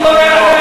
לא יכול להיות.